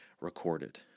recorded